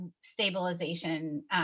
stabilization